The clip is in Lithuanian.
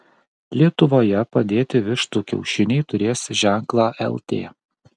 lietuvoje padėti vištų kiaušiniai turės ženklą lt